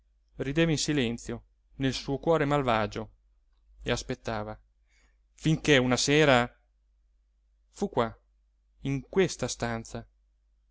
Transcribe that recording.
rideva in silenzio nel suo cuore malvagio e aspettava finché una sera fu qua in questa stanza